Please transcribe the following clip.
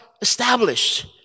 established